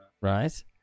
Right